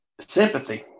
Sympathy